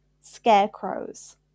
Scarecrows